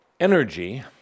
Energy